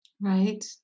Right